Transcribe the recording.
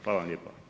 Hvala vam lijepa.